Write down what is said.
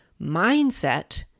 Mindset